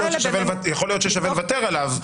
יכול להיות ששווה לוותר עליו.